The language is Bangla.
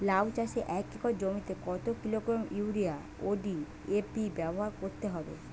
লাউ চাষে এক একর জমিতে কত কিলোগ্রাম ইউরিয়া ও ডি.এ.পি ব্যবহার করতে হবে?